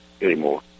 anymore